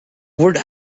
would